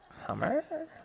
Hummer